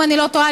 אם אני לא טועה,